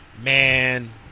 man